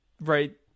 right